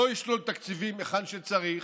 לא ישלול תקציבים היכן שצריך,